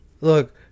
look